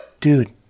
dude